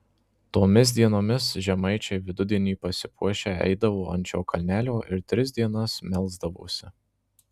tomis dienomis žemaičiai vidudienį pasipuošę eidavo ant šio kalnelio ir tris dienas melsdavosi